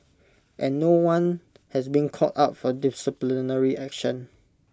and no one has been called up for disciplinary action